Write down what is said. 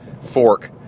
fork